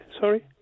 Sorry